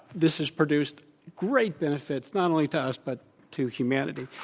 this has produced great benefits, not only to us, but to humanity